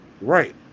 Right